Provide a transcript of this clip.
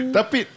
Tapi